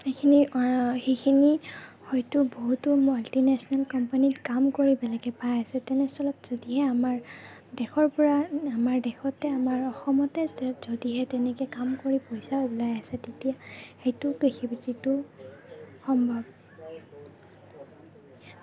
সেইখিনি সেইখিনি হয়তো বহুতো মাল্টিনেচনেল কোম্পানিত কাম কৰি বেলেগে পায় আছে তেনেস্থলত যদিহে আমাৰ দেশৰ পৰা আমাৰ দেশতে আমাৰ অসমতে যদিহে তেনেকে কাম কৰি পইচা ওলাই আছে তেতিয়া সেইটোও কৃষিবৃত্তিটো সম্ভৱ